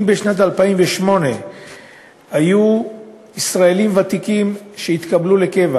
אם בשנת 2008 היו הישראלים הוותיקים שהתקבלו לקבע